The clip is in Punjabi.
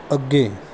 ਅੱਗੇ